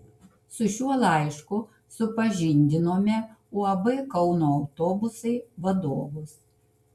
su šiuo laišku supažindinome uab kauno autobusai vadovus